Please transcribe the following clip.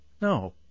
No